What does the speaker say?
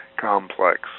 complex